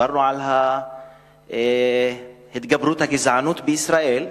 דיברנו על התגברות הגזענות בישראל,